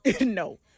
No